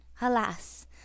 Alas